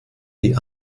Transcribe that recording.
die